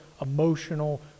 emotional